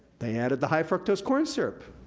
they added the high fructose corn syrup.